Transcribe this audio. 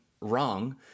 wrong